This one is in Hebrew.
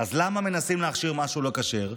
אז למה מנסים להכשיר משהו לא כשר?